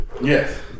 yes